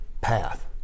path